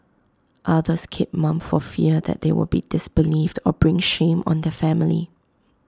others keep mum for fear that they would be disbelieved or bring shame on their family